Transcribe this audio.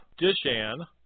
Dishan